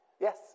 yes